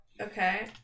Okay